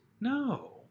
No